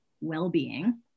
well-being